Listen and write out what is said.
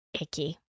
icky